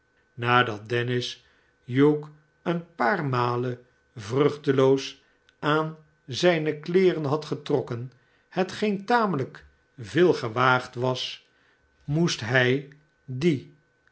nadat dennis hugh een paar malen vruchteloos aan zijne kleeren had getrokken hetgeen tamelijk veel gewaagd was moest hij die